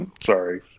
Sorry